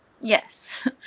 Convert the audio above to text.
Yes